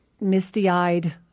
misty-eyed